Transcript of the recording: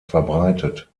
verbreitet